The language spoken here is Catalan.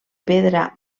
pedra